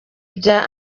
bya